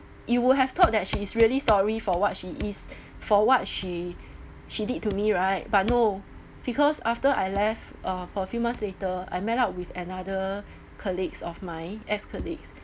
you would have thought that she is really sorry for what she is for what she she did to me right but no because after I left uh for few months later I met up with another colleagues of mine ex-colleagues